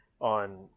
on